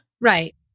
Right